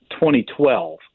2012